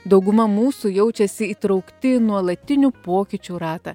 dauguma mūsų jaučiasi įtraukti į nuolatinių pokyčių ratą